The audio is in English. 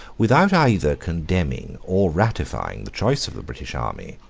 without either condemning or ratifying the choice of the british army,